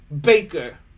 Baker